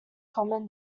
common